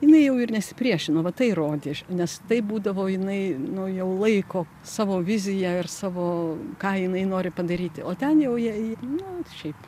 jinai jau ir nesipriešino va tai rodė nes tai būdavo jinai nu jau laiko savo viziją ir savo ką jinai nori padaryti o ten jau jie na šiaip